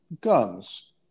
Guns